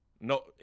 no